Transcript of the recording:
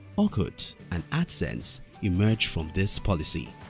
orkut, and adsense emerged from this policy.